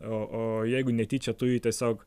o o jeigu netyčia tu jį tiesiog